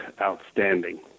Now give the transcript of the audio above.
outstanding